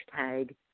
hashtag